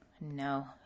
No